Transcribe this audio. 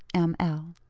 m. l.